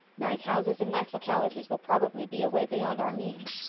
nice houses in nice localities will probably be away beyond our means.